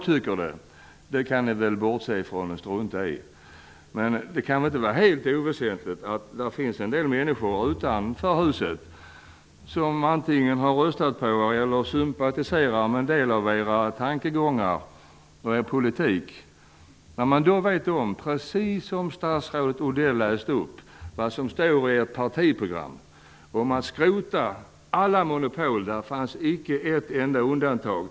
Ni kan väl bortse från vad jag tycker, men det kan inte vara helt oväsentligt att det finns en del människor utanför huset som antingen har röstat på er eller sympatiserar med en del av era tankegångar och er politik. Statsrådet Odell läste ur ert partiprogram. Där står det att alla monopol skall skrotas; det fanns icke ett enda undantag.